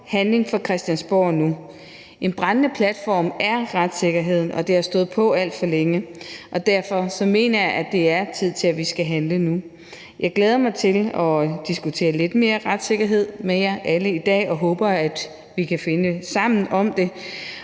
handling fra Christiansborg nu. En brændende platform er retssikkerheden, og det har stået på alt for længe. Derfor mener jeg, at det nu er tid til, at vi skal handle. Jeg glæder mig til videre at diskutere retssikkerhed med jer alle i dag og håber, at vi kan finde sammen om det,